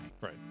Right